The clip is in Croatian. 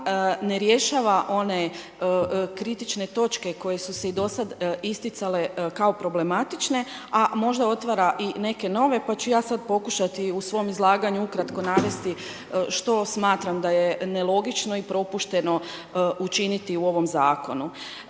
ne rješava one kritične točke koje su se i dosad isticale kao problematične , a možda otvara i neke nove, pa ću ja sad pokušati u svom izlaganju ukratko navesti što smatram da je nelogično i propušteno učiniti u ovom zakonu.